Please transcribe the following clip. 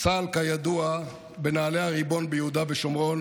צה"ל, כידוע, בנעלי הריבון ביהודה ושומרון